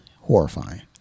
horrifying